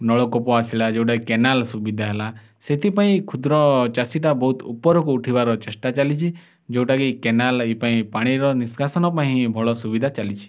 ନଳକୂପ ଆସିଲା ଯେଉଁଟା କେନାଲ୍ ସୁବିଧା ହେଲା ସେଥିପାଇଁ କ୍ଷୁଦ୍ରଚାଷୀଟା ବହୁତ ଉପରକୁ ଉଠିବାର ଚେଷ୍ଟା ଚାଲିଛି ଯେଉଁଟାକି କେନାଲ୍ ଏଇପାଇଁ ପାଣିର ନିଷ୍କାସନ ପାଇଁ ହିଁ ଭଲ ସୁବିଧା ଚାଲିଛି